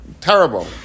terrible